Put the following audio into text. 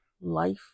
life